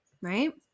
Right